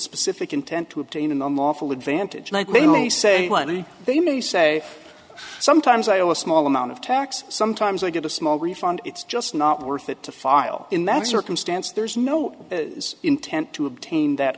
specific intent to obtain an unlawful advantage like mainly say they may say sometimes i know a small amount of tax sometimes i get a small refund it's just not worth it to file in that circumstance there's no intent to obtain that